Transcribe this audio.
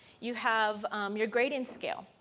you have your grading skill.